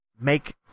make